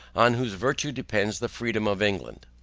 on whose virtue depends the freedom of england.